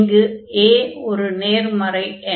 இங்கு a ஒரு நேர்மறை எண்